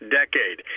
decade